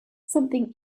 something